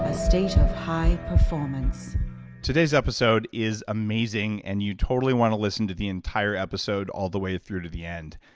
ah state of high performance today's episode is amazing, and you totally want to listen to the entire episode all the way through to the end.